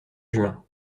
juin